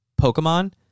Pokemon